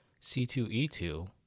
C2E2